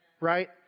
right